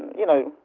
you know,